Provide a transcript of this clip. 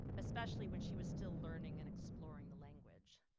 especially when she was still learning and exploring the language.